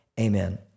Amen